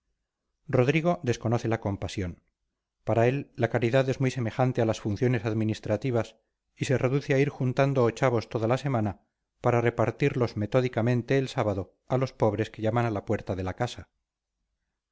rodrigo desconoce la compasión para él la caridad es muy semejante a las funciones administrativas y se reduce a ir juntando ochavos toda la semana para repartirlos metódicamente el sábado a los pobres que llaman a la puerta de la casa